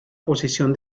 posición